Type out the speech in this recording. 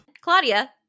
Claudia